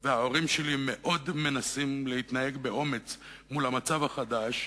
וההורים שלי מאוד מנסים להתנהג באומץ מול המצב החדש,